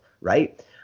right